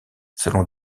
selon